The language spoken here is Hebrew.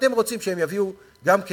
אתם רוצים שגם הן יביאו כסף.